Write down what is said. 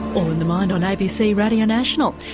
um and the mind on abc radio national.